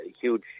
huge